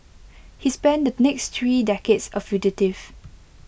he spent the next three decades A fugitive